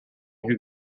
who